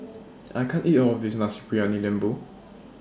I can't eat All of This Nasi Briyani Lembu